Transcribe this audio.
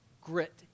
grit